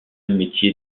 métier